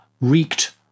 wreaked